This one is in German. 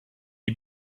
die